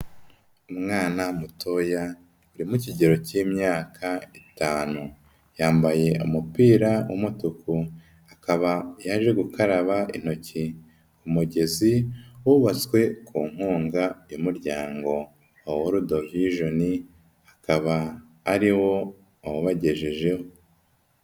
Umwana mutoya uri mu kigero cy'imyaka itanu, yambaye umupira w'umutuku, akaba yaje gukaraba intoki ku mugezi wubatswe ku nkunga y'umuryango World Vision, akaba ariwo wawubagejejeho.